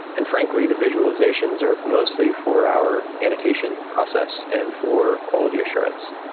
and frankly, the visualizations are mostly for our annotation process and for quality assurance.